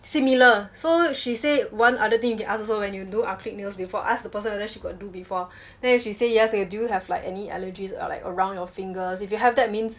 similar so she say one other thing you can ask also when you do acrylic nails before ask the person whether she got do before then you she say yes okay then do you have like any allergies or like around your fingers if you have that means